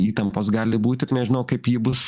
įtampos gali būt ir nežinau kaip ji bus